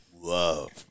Love